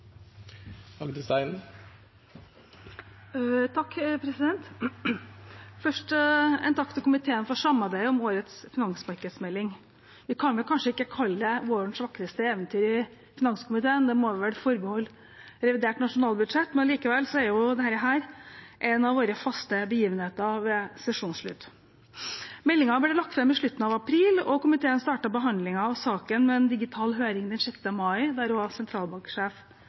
Først en takk til komiteen for samarbeidet om årets finansmarkedsmelding. Vi kan vel kanskje ikke kalle det vårens vakreste eventyr i finanskomiteen, det må vi vel forbeholde revidert nasjonalbudsjett, men likevel er dette en av våre faste begivenheter ved sesjonsslutt. Meldingen ble lagt fram i slutten av april, og komiteen startet behandlingen av saken med en digital høring den 6. mai, der også sentralbanksjef